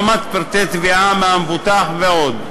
השלמת פרטי תביעה מהמבוטח, ועוד.